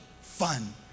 fun